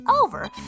over